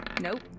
Nope